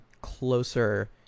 closer